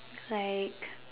like